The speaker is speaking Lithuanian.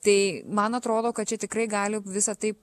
tai man atrodo kad čia tikrai gali visa taip